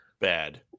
bad